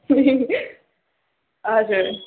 हजुर